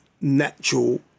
natural